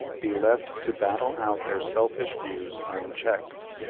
be left to battle out their selfish views unchecked.